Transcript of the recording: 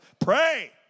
Pray